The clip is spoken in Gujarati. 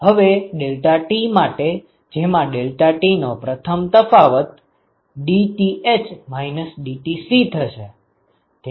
હવે ડેલ્ટા ટી માટે જેમાં ડેલ્ટા ટી નો પ્રથમ તફાવત dTh - dTc થશે